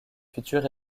futur